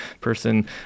person